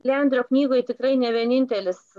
liandro knygoje tikrai ne vienintelis